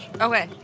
Okay